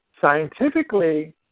scientifically